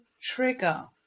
trigger